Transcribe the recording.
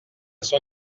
son